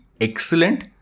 excellent